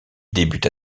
débuta